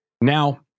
Now